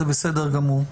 זה בסדר גמור.